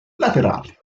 laterali